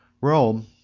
Rome